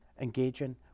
engaging